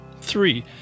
Three